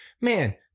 man